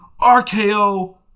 RKO